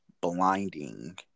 blinding